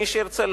מי שירצה,